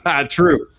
True